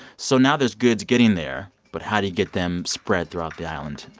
so now there's goods getting there. but how to get them spread throughout the island?